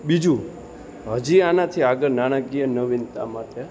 બીજું હજી આનાથી આગળ નાણાકીય નવીનતા માટે